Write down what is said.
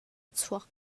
chuak